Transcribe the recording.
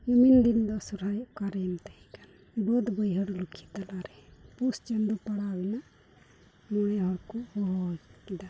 ᱱᱩᱢᱤᱱ ᱫᱤᱱ ᱫᱚ ᱥᱚᱦᱨᱟᱭ ᱚᱠᱟᱨᱮᱢ ᱛᱟᱦᱮᱸ ᱠᱟᱱᱟ ᱵᱟᱹᱫᱽ ᱵᱟᱹᱭᱦᱟᱹᱲ ᱞᱩᱠᱠᱷᱤ ᱛᱟᱞᱟᱨᱮ ᱯᱩᱥ ᱪᱟᱸᱫᱚ ᱯᱟᱲᱟᱣᱮᱱᱟ ᱢᱚᱬᱮ ᱦᱚᱲ ᱠᱚ ᱦᱚᱦᱚ ᱠᱮᱫᱟ